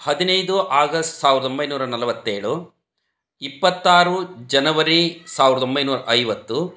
ಹದಿನೈದು ಆಗಸ್ಟ್ ಸಾವಿರದ ಒಂಬೈನೂರ ನಲ್ವತ್ತೇಳು ಇಪ್ಪತ್ತಾರು ಜನವರಿ ಸಾವಿರದ ಒಂಬೈನೂರ ಐವತ್ತು